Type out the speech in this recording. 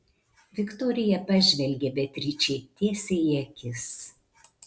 viktorija pažvelgė beatričei tiesiai į akis